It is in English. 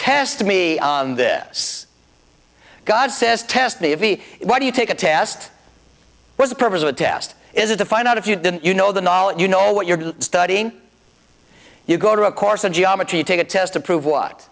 test me on this god says test me if he is why do you take a test was the purpose of a test is it to find out if you did you know the knowledge you know what you're studying you go to a course in geometry take a test to prove what